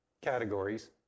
categories